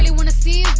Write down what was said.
want to see is